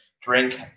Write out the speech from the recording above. drink